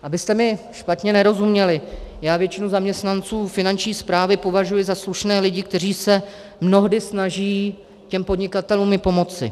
Abyste mi špatně nerozuměli, já většinu zaměstnanců Finanční správy považuji za slušné lidi, kteří se mnohdy snaží těm podnikatelům i pomoci.